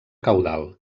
caudal